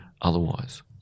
otherwise